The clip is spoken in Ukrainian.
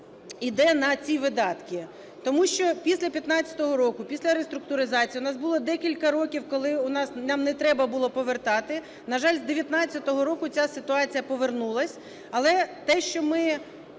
йде на ці видатки, тому що після 15-го року, після реструктуризації у нас було декілька років, коли нам не треба було повертати. На жаль, з 19-го року ця ситуація повернулась. Але те, що ми